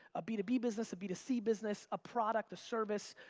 a b to b business, a b to c business, a product, a service,